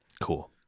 Cool